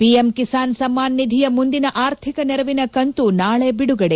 PM Kisan Samman ನಿಧಿಯ ಮುಂದಿನ ಆರ್ಥಿಕ ನೆರವಿನ ಕಂತು ನಾಳೆ ಬಿಡುಗಡೆ